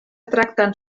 tracten